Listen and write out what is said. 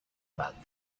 about